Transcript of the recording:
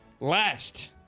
Last